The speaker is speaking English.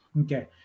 Okay